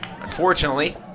Unfortunately